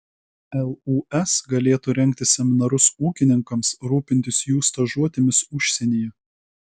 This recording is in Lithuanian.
lūs galėtų rengti seminarus ūkininkams rūpintis jų stažuotėmis užsienyje